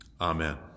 Amen